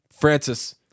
Francis